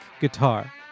guitar